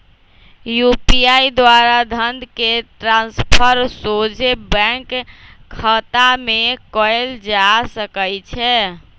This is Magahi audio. यू.पी.आई द्वारा धन के ट्रांसफर सोझे बैंक खतामें कयल जा सकइ छै